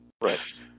right